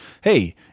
hey